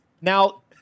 Now